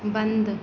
बंद